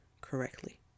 correctly